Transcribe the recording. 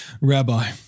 Rabbi